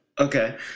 Okay